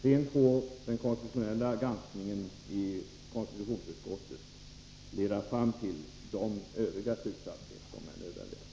Sedan får den konstitutionella granskningen i konstitutionsut : Måndagen den skottet leda fram till de övriga slutsatser som är nödvändiga.